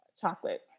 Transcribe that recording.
Chocolate